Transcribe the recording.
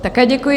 Také děkuji.